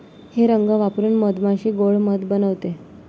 हे रंग वापरून मधमाशी गोड़ मध बनवते